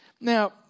Now